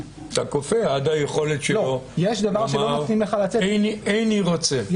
אתה כופה עד היכולת שלו לומר: איני רוצה,